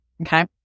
Okay